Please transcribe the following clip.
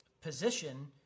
position